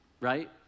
right